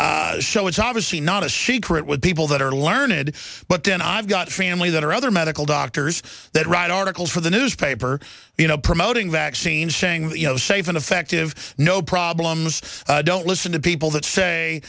is obviously not as she crit with people that are learned but then i've got family that are other medical doctors that write articles for the newspaper you know promoting vaccines saying you know safe and effective no problems don't listen to people that say